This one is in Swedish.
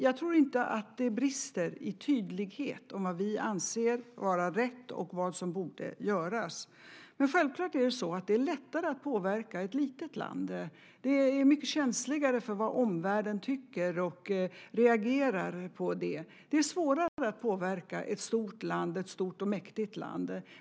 Jag tror inte att det brister i tydlighet om vad vi anser vara rätt och vad som borde göras. Självklart är det lättare att påverka ett litet land. Det är känsligare för vad omvärlden tycker och reagerar på det. Det är svårare att påverka ett stort och mäktigt land.